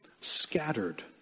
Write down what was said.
scattered